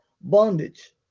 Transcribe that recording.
Bondage